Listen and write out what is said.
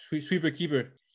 Sweeper-keeper